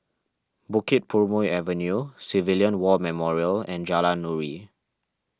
Bukit Purmei Avenue Civilian War Memorial and Jalan Nuri